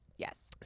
Yes